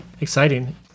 Exciting